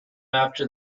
after